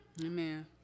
Amen